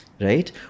right